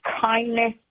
kindness